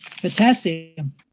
Potassium